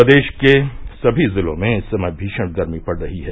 प्रदेश के सभी जिलों में इस समय भीषण गर्मी पड़ रही है